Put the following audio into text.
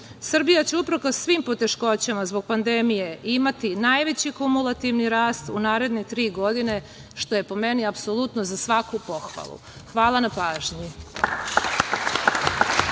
Srbija će, uprkos svim poteškoćama zbog pandemije, imati najveći kumulativni rast u naredne tri godine, što je po meni apsolutno za svaku pohvalu. Hvala na pažnji.